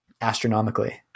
astronomically